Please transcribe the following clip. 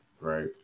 right